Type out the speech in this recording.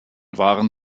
waren